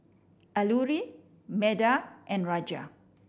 Alluri Medha and Raja